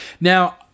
Now